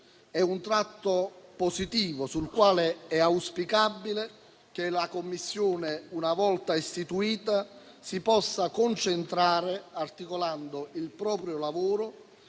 È un tratto positivo, sul quale è auspicabile che la Commissione, una volta istituita, si possa concentrare articolando il proprio lavoro